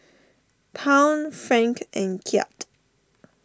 Pound Franc and Kyat